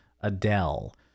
Adele